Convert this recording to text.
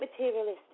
materialistic